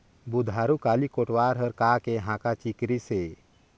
बुधारू काली कोटवार हर का के हाँका चिकरिस हे?